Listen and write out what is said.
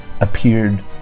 appeared